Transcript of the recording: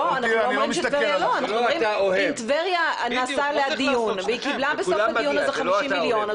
על טבריה התקיים דיון ובסוף הדיון היא קיבלה 50 מיליון שקלים.